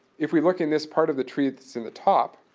if we look in this part of the tree that's in the top,